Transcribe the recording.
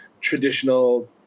traditional